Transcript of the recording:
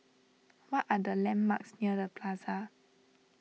what are the landmarks near the Plaza